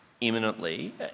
imminently